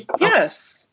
Yes